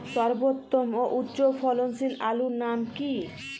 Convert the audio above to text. সর্বোত্তম ও উচ্চ ফলনশীল আলুর নাম কি?